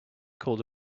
called